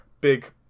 big